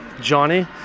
johnny